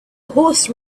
horse